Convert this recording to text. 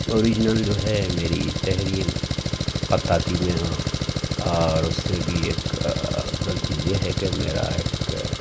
original جو ہے میری تحریر خطاطی میں ہو اور اس سے بھی ایک افضل چیز یہ ہے کہ میرا ایک